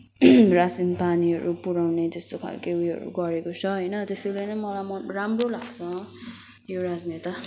रासन पानीहरू पुऱ्याउने त्यस्तो खालको उयोहरू गरेको छ होइन त्यसैले नै मलाई मन राम्रो लाग्छ यो राजनेता